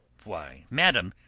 why, madam,